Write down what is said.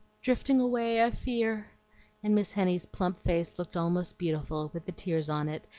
drifting away, i fear and miss henny's plump face looked almost beautiful, with the tears on it,